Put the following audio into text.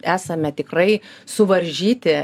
esame tikrai suvaržyti